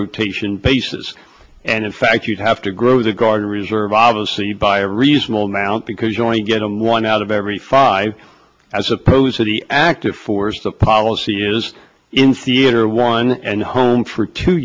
rotation basis and in fact you have to grow the guard or reserve obviously by a reasonable amount because you only get one out of every five as opposed to the active force the policy is in theater one and home for two